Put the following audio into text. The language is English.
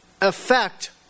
effect